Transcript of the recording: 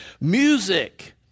Music